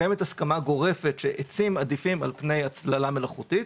קיימת הסכמה גורפת שעצים עדיפים על פני הצללה מלאכותית.